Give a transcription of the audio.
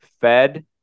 Fed